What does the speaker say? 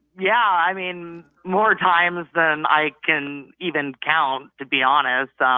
yeah, i mean, more times than i can even count, to be honest. so